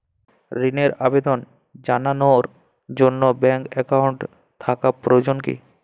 ঋণের আবেদন জানানোর জন্য ব্যাঙ্কে অ্যাকাউন্ট থাকা প্রয়োজন কী?